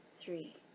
three